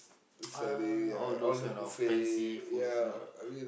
uh all those kind of fancy food no